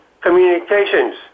communications